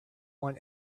want